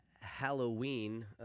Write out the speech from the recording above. Halloween